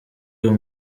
uyu